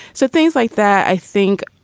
so things like that, i think,